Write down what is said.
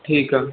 ठीकु आहे